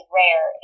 rare